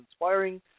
inspiring